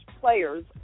players